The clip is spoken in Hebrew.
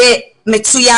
זה מצוין.